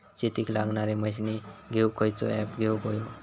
शेतीक लागणारे मशीनी घेवक खयचो ऍप घेवक होयो?